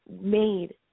made